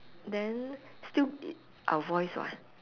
then still our voice [what]